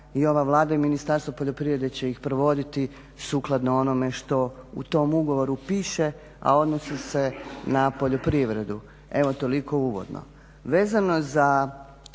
i ova Vlada i Ministarstvo poljoprivrede će ih provoditi sukladno onome što u tom ugovoru piše, a odnosi se na poljoprivredu. Evo toliko uvodno.